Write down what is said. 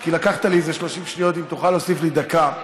כי לקחת לי איזה 30 שניות, אם תוכל להוסיף לי דקה.